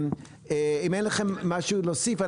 אם אין לכם משהו להוסיף,